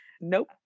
nope